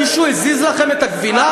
מישהו הזיז לכם את הגבינה?